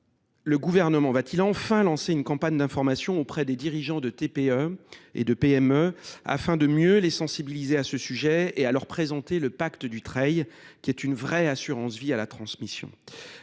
Le gouvernement va-t-il enfin lancer une campagne d'information auprès des dirigeants de TPE et de PME afin de mieux les sensibiliser à ce sujet et à leur présenter le pacte du trade, qui est une vraie assurance vie à la transmission.